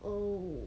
oh